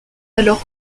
alors